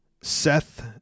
Seth